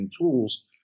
tools